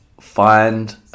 Find